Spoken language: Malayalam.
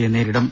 സിയെ നേരിടും